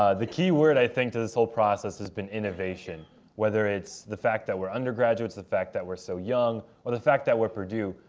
ah the key word i think to this whole process has been innovation whether it's the fact that we're undergraduates, the fact that we're so young or the fact that we're purdue.